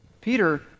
Peter